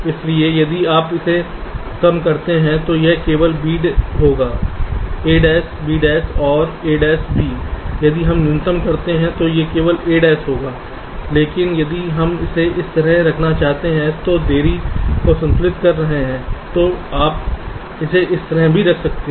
इसलिए यदि आप इसे कम करते हैं तो यह केवल b होगा 'a'b OR 'a b यदि हम न्यूनतम करते हैं तो यह केवल 'a होगा लेकिन यदि हम इसे इस तरह रखना चाहते हैं या देरी को संतुलित कर रहे हैं तो आप इसे इस तरह भी रख सकते हैं